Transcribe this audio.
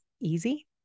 easy